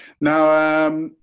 Now